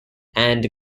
and